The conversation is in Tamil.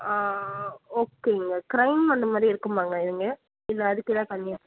ஆ ஓகேங்க க்ரைம் அந்த மாதிரி இருக்குமாங்க இங்கே இல்லை அதுக்கு ஏதாவது தனியாக